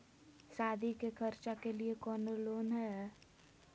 सादी के खर्चा के लिए कौनो लोन है?